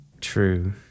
True